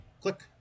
click